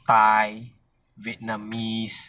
thai vietnamese